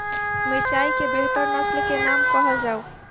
मिर्चाई केँ बेहतर नस्ल केँ नाम कहल जाउ?